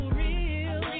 real